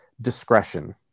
discretion